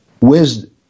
wisdom